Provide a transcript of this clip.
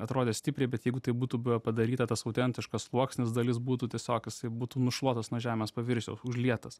atrodė stipriai bet jeigu tai būtų buvę padaryta tas autentiškas sluoksnis dalis būtų tiesiog jisai būtų nušluotas nuo žemės paviršiaus užlietas